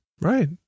Right